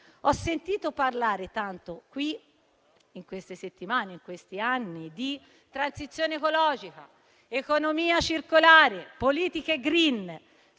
Ho sentito parlare tanto qui, nelle ultime settimane, ma anche in questi anni, di transizione ecologica, economia circolare e politiche *green*